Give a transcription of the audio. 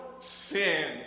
sin